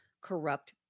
corrupt